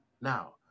Now